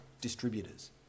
distributors